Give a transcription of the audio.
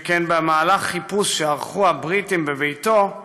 שכן במהלך חיפוש שערכו הבריטים בביתו,